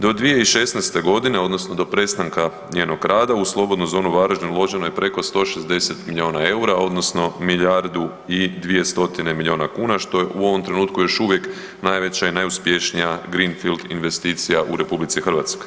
Do 2016.g. odnosno do prestanka njenog rada u Slobodnu zonu Varaždin uloženo je preko 160 milijuna eura odnosno milijardu i 200 milijuna kuna što je u ovom trenutku još uvijek najveća i najuspješnija greenfield investicija u RH.